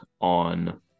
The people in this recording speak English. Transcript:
on